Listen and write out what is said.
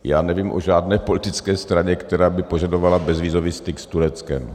Já nevím o žádné politické straně, která by požadovala bezvízový styk s Tureckem.